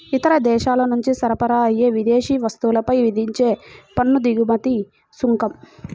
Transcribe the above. ఇతర దేశాల నుంచి సరఫరా అయ్యే విదేశీ వస్తువులపై విధించే పన్ను దిగుమతి సుంకం